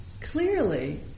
clearly